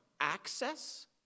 access